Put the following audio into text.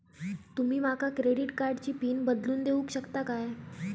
तुमी माका क्रेडिट कार्डची पिन बदलून देऊक शकता काय?